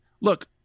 Look